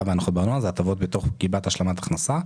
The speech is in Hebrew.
והנחות בארנונה הן הטבות בתוך גמלת השלמת הכנסה,